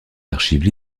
archives